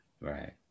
Right